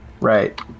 right